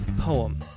poem